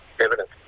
evidence